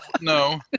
no